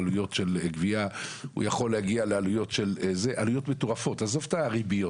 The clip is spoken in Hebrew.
עזוב את הריביות,